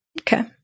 okay